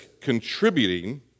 contributing